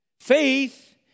faith